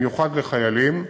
במיוחד לחיילים.